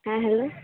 ᱦᱮᱸ ᱦᱮᱞᱳ